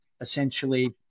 essentially